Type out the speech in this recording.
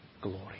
glory